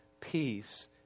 peace